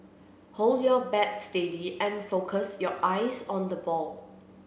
hold your bat steady and focus your eyes on the ball